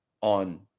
on